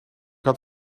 had